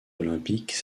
olympiques